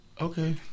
Okay